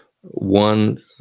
one